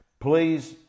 Please